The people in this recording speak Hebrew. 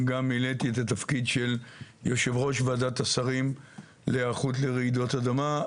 גם מילאתי את התפקיד של יושב ראש ועדת שרים להיערכות לרעידות אדמה.